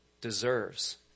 deserves